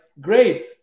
great